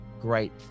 great